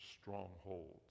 strongholds